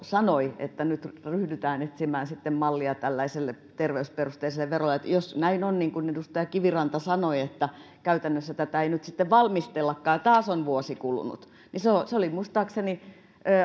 sanoi että nyt ryhdytään etsimään sitten mallia tällaiselle terveysperusteiselle verolle jos näin on niin kuin edustaja kiviranta sanoi että käytännössä tätä ei nyt sitten valmistellakaan ja taas on vuosi kulunut niin puhuttiinko muistaakseni